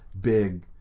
big